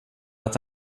att